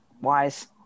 Wise